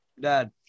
Dad